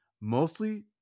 mostly